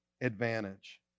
advantage